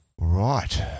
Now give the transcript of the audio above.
Right